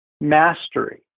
mastery